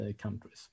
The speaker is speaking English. countries